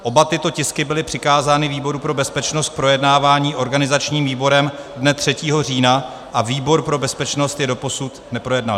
Oba tyto tisky byly přikázány výboru pro bezpečnost k projednávání organizačním výborem dne 3. října a výbor pro bezpečnost je doposud neprojednal.